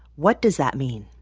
what does that mean?